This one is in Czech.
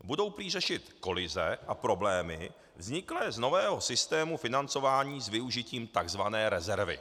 Budou prý řešit kolize a problémy vzniklé z nového systému financování s využitím tzv. rezervy.